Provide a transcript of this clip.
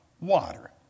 Water